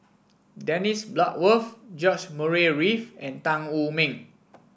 Dennis Bloodworth George Murray Reith and Tan Wu Meng